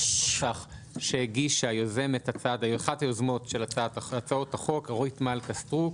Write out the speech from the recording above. לפי הנוסח של אחת היוזמות של הצעות החוק אורית מלכה סטרוק.